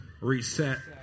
Reset